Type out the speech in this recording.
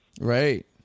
Right